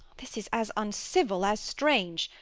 this is as uncivil as strange.